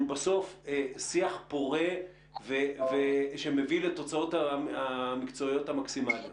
בסוף שיח פורה שמביא לתוצאות המקצועיות המכסימליות.